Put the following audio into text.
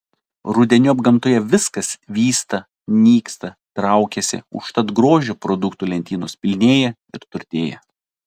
rudeniop gamtoje viskas vysta nyksta traukiasi užtat grožio produktų lentynos pilnėja ir turtėja